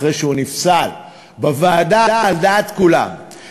אחרי שהוא נפסל בוועדה על דעת כולם.